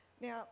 Now